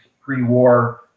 pre-war